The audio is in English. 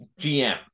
GM